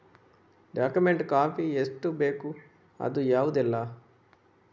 Document copy ಎಷ್ಟು ಬೇಕು ಅದು ಯಾವುದೆಲ್ಲ?